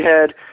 head